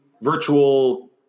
virtual